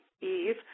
Eve